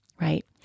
right